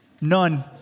None